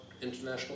international